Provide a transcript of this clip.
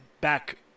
back